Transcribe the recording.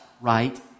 right